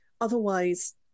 Otherwise